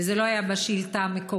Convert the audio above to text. וזה לא היה בשאילתה המקורית,